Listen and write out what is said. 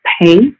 pay